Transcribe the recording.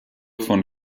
von